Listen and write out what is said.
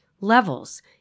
levels